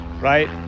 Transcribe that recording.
right